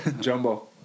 Jumbo